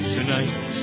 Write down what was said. Tonight